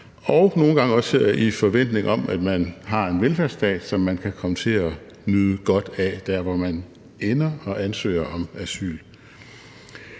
og nogle gange også i forventning om, at det er en velfærdsstat, som man kan komme til at nyde godt af, hvis man ender der og ansøger om asyl.